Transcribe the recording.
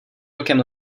rokem